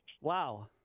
Wow